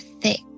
thick